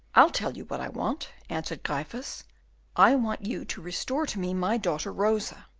i'll tell you what i want, answered gryphus i want you to restore to me my daughter rosa.